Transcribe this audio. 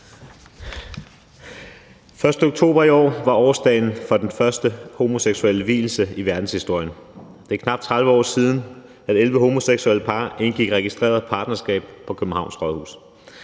1. oktober i år var årsdagen for den første homoseksuelle vielse i verdenshistorien. Det er knap 30 år siden, at 11 homoseksuelle par indgik registreret partnerskab på Københavns Rådhus.